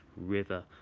River